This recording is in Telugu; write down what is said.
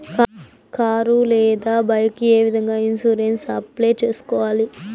కారు లేదా బైకు ఏ విధంగా ఇన్సూరెన్సు అప్లై సేసుకోవాలి